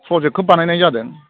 प्रजेक्टखौ बानायनाय जादों